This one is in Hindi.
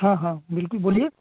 हाँ हाँ बिल्कुल बोलिए